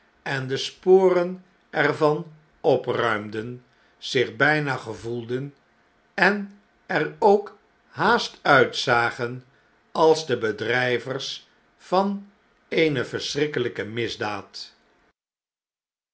en de sporen er van opruimden zich byna gevoelden en er ook haast uitzagen als de bedrijvers van eene verschrikkelpe misdaad